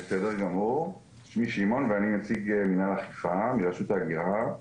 שמי שמעון ואני נציג מינהל אכיפה מרשות ההגירה.